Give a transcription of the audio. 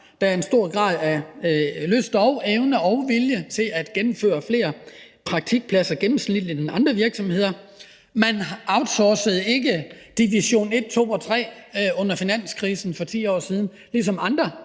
der er en stor grad af lyst, evne og vilje til at etablere gennemsnitligt flere praktikpladser end andre virksomheder. Man outsourcede ikke division 1, 2 og 3 under finanskrisen for 10 år siden, ligesom andre